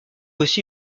aussi